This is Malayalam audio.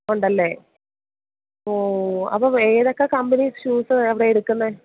ഉണ്ടല്ലേ ഓ അപ്പോൾ ഏതൊക്കെ കമ്പനി ഷൂസാണ് അവിടെ എടുക്കുന്നത്